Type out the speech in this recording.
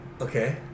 Okay